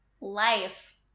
life